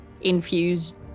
infused